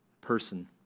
person